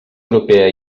europea